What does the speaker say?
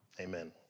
Amen